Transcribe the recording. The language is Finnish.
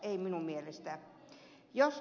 ei minun mielestäni